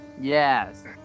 Yes